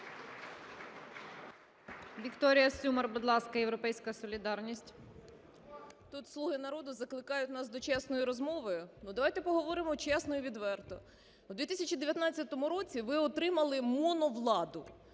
Вікторія Сюмар, будь ласка, "Європейська солідарність". 12:51:25 СЮМАР В.П. Тут "слуги народу" закликають нас до чесної розмови, ну давайте поговоримо чесно і відверто. В 2019 році ви отримали моновладу,